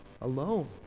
alone